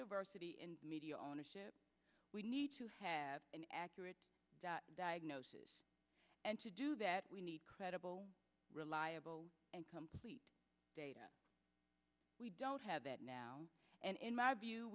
diversity in media ownership we need to have an accurate diagnosis and to do that we need credible reliable and complete data we don't have that now and